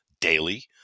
daily